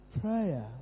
prayer